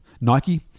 Nike